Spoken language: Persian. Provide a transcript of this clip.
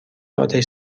آتش